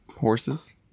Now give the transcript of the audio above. Horses